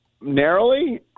narrowly